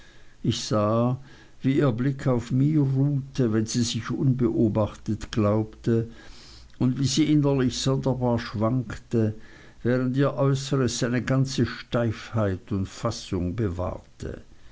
ich sah wie ihr blick auf mir ruhte wenn sie sich unbeobachtet glaubte und wie sie innerlich sonderbar schwankte während ihr äußeres seine ganze steifheit und fassung bewahrte